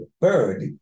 bird